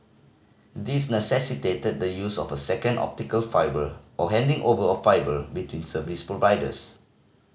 these necessitated the use of a second optical fibre or handing over of fibre between service providers